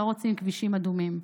לא רוצים כבישים אדומים.